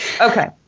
Okay